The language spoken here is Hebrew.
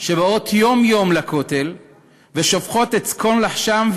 שבאות יום-יום לכותל ושופכות את צקון לחשן,